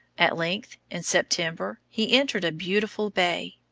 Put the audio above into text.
at length, in september, he entered a beautiful bay.